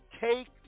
take